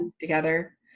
together